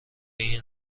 این